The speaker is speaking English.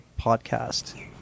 podcast